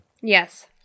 Yes